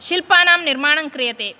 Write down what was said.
शिल्पानां निर्माणं क्रियते